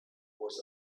was